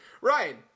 Ryan